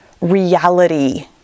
reality